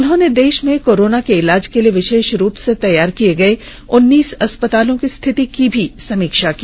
उन्होंने देश में कोरोना के इलाज के लिए विर्शेष रूप से तैयार किए गए उन्नीस अस्पतालों की स्थिति की भी समीक्षा की